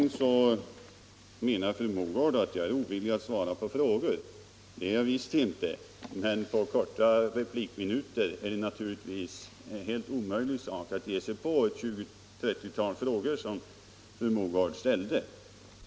Fru Mogård säger att jag är ovillig att svara på frågor. Det är jag visst inte, men på korta replikminuter är det naturligtvis helt omöjligt att svara på 20-30 frågor som jag tror fru Mogård ställde.